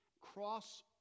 cross